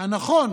הנכון